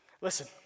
Listen